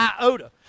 iota